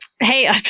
Hey